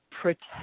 protect